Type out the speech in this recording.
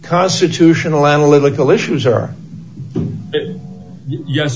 constitutional analytical issues are yes